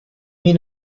mean